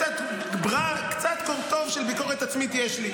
קצת קורטוב של ביקורת עצמית יש לי.